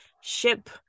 ship